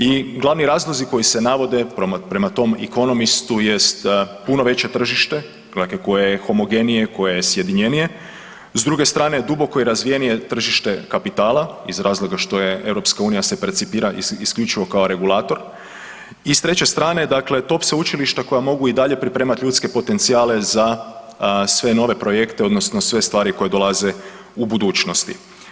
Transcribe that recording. I glavni razlozi koji se navodi prema tom Economistu jest puno veće tržište koje je homogenije, koje je sjedinjenje, s druge strane duboko je razvijenije tržište kapitala iz razloga što je EU se percipira isključivo kao regulator i s treće strane top sveučilišta koja mogu i dalje pripremat ljudske potencijale za sve nove projekte odnosno sve stvari koje dolaze u budućnosti.